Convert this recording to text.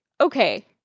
okay